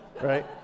right